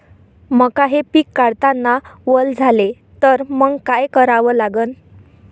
मका हे पिक काढतांना वल झाले तर मंग काय करावं लागन?